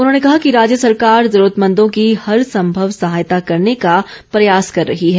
उन्होंने कहा कि राज्य सरकार जरूरतमंदों की हर संभव सहायता करने का प्रयास कर रही है